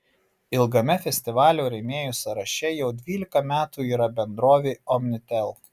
ilgame festivalio rėmėjų sąraše jau dvylika metų yra bendrovė omnitel